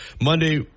monday